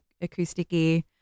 acoustic-y